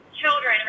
children